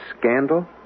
scandal